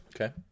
Okay